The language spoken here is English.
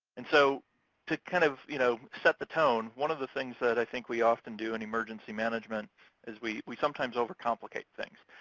and so to kind of you know set the tone, one of the things that i think we often do in emergency management is we we sometimes overcomplicate things.